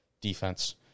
defense